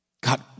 God